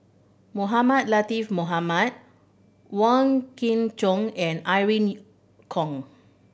Mohamed Latiff Mohamed Wong Kin Jong and Irene Khong